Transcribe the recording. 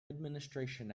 administration